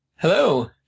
Hello